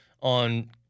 on